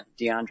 DeAndre